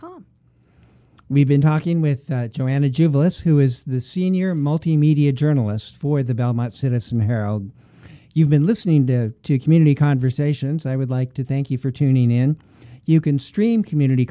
com we've been talking with joanna jubilance who is the senior multimedia journalist for the belmont citizen herald you've been listening to community conversations i would like to thank you for tuning in you can stream community